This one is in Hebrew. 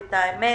את האמת,